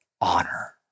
honor